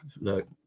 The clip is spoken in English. look